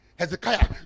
Hezekiah